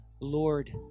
Lord